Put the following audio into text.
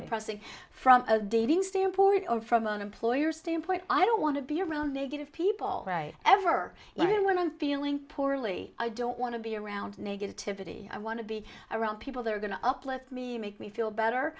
depressing from a dating standpoint or from an employer standpoint i don't want to be around negative people ever learn women feeling poorly i don't want to be around negativity i want to be around people that are going to uplift me make me feel better